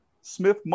smith